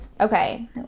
okay